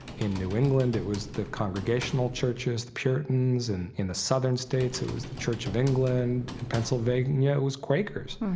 in new england, it was the congregational churches, the puritans, and in the southern states, it was the church of england. in pennsylvania it was quakers.